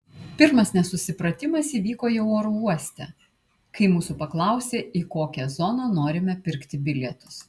pirmas nesusipratimas įvyko jau oro uoste kai mūsų paklausė į kokią zoną norime pirkti bilietus